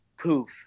poof